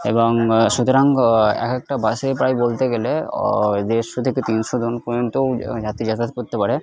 এবং সুতরাং এক একটা বাসে প্রায় বলতে গেলে দেড়শো থেকে তিনশোজন পর্যন্ত যাত্রী যাতায়াত করতে পারে